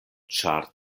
ĉar